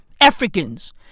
Africans